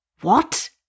What